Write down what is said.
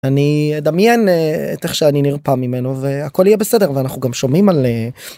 אני אדמיין את איך שאני נרפא ממנו והכל יהיה בסדר ואנחנו גם שומעים עליהם.